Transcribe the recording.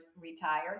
retired